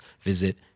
visit